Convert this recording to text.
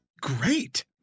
great